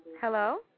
Hello